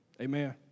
Amen